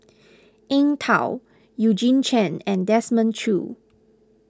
Eng Tow Eugene Chen and Desmond Choo